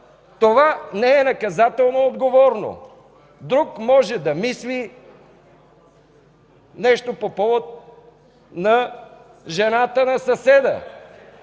това не е наказателно отговорно. Друг може да мисли нещо по повод жената на съседа.